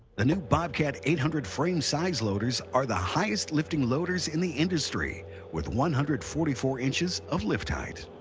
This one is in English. the new bobcat eight hundred frame size loaders are the highest lifting loaders in the industry with one hundred and forty four inches of lift height.